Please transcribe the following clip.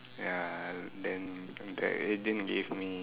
ya then they didn't give me